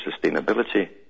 sustainability